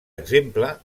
exemple